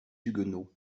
huguenots